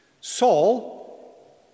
Saul